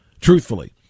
Truthfully